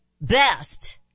best